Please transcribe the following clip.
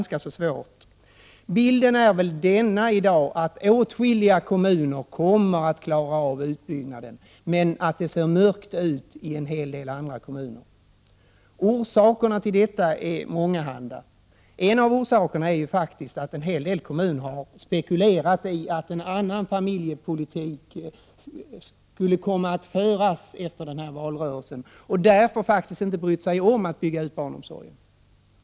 Bilden är väl den att åtskilliga kommuner kommer att klara utbyggnaden, medan det ser mörkt ut i en hel del andra kommuner. Orsakerna till detta är många. En är att en hel del kommuner har spekulerat i att en annan familjepolitik skulle komma att föras efter detta val och därför inte brytt sig om att bygga ut barnomsorgen.